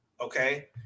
Okay